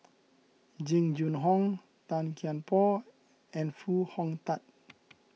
Jing Jun Hong Tan Kian Por and Foo Hong Tatt